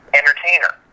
entertainer